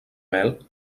mel